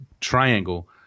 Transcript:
triangle